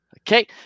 Okay